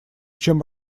чем